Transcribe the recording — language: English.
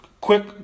quick